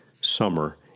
summer